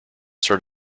sort